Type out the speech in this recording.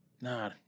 Nah